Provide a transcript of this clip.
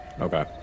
Okay